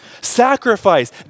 Sacrifice